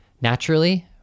naturally